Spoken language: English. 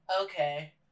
okay